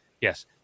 Yes